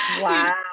Wow